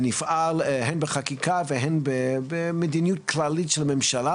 ונפעל הן בחקיקה והן במדיניות כללית של הממשלה